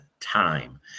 time